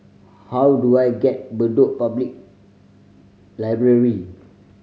how do I get Bedok Public Library